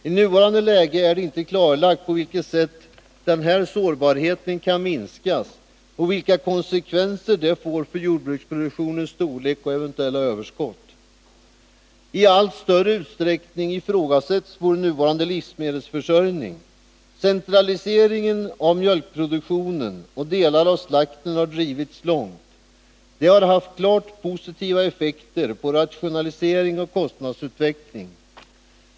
I nuvarande läge är det inte klarlagt på vilket sätt denna sårbarhet kan minskas och vilka konsekvenser det får för jordbruksproduktionens storlek och eventuella överskott. T allt större utsträckning ifrågasätts vår nuvarande livsmedelsförsörjning. Centraliseringen av mjölkproduktionen och delar av slakten har drivits långt. Det har haft klart positiva effekter på rationalisering och kostnadsutveckling.